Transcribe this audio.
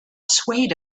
swayed